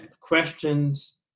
questions